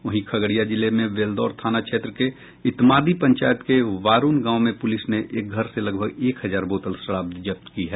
वहीं खगड़िया जिले में बेलदौर थाना क्षेत्र के इतमादी पंचायत के बारूण गांव में पुलिस ने एक घर से लगभग एक हजार बोतल शराब जब्त की है